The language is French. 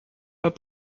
pas